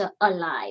alive